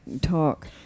talk